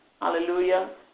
Hallelujah